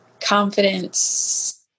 Confidence